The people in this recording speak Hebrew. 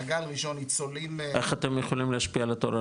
מעגל ראשון ניצולים --- איך אתם יכולים להשפיע על התור?